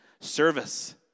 service